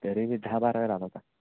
तरीही दहा बारा वेळा आला होता